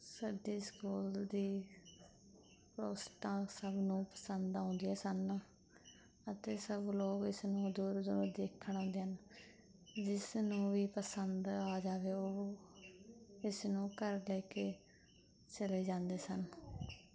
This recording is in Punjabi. ਸਾਡੇ ਸਕੂਲ ਦੀਆਂ ਪੋਸਟਾਂ ਸਭ ਨੂੰ ਪਸੰਦ ਆਉਂਦੀਆਂ ਸਨ ਅਤੇ ਸਭ ਲੋਕ ਇਸਨੂੰ ਦੂਰੋਂ ਦੂਰੋਂ ਦੇਖਣ ਆਉਂਦੇ ਹਨ ਜਿਸ ਨੂੰ ਵੀ ਪਸੰਦ ਆ ਜਾਵੇ ਉਹ ਇਸਨੂੰ ਘਰ ਲੈ ਕੇ ਚਲੇ ਜਾਂਦੇ ਸਨ